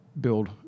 build